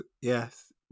Yes